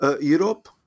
Europe